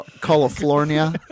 California